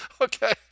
Okay